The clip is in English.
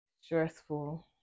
Stressful